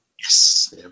Yes